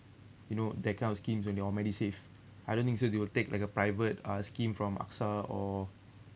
you know that kind of schemes on your medisave I don't think so they will take like a private uh scheme from axa or